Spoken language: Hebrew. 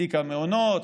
בתיק המעונות,